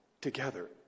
together